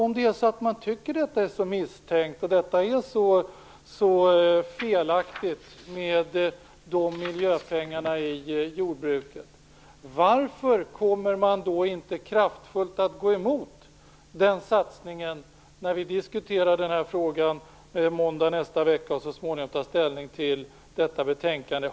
Men om man tycker att det är så misstänkt och felaktigt med miljöpengarna i jordbruket, varför kommer man då inte att kraftfullt gå emot den satsningen när vi nästa måndag skall diskutera frågan och så småningom skall ta ställning till betänkandet?